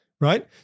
right